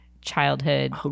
childhood